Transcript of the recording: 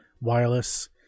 wireless